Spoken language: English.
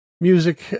music